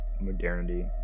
modernity